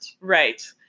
Right